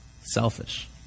Selfish